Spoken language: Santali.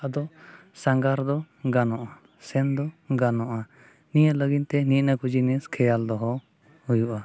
ᱟᱫᱚ ᱥᱟᱸᱜᱷᱟᱨ ᱫᱚ ᱜᱟᱱᱚᱜᱼᱟ ᱥᱮᱱ ᱫᱚ ᱜᱟᱱᱚᱜᱼᱟ ᱱᱤᱭᱟᱹ ᱞᱟᱹᱜᱤᱫᱼᱛᱮ ᱱᱮᱜᱼᱮ ᱱᱤᱭᱟᱹ ᱠᱚ ᱡᱤᱱᱤᱥ ᱠᱷᱮᱭᱟᱞ ᱫᱚᱦᱚ ᱦᱩᱭᱩᱜᱼᱟ